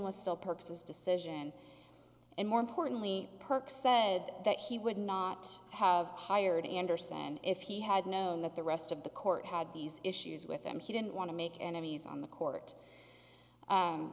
was still perks his decision and more importantly percs said that he would not have hired anderson if he had known that the rest of the court had these issues with him he didn't want to make enemies on the court